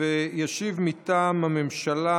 ישיב מטעם הממשלה